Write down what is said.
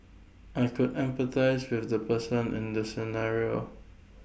I could empathise with the person in the scenario